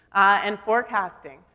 and forecasting.